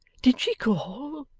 did she call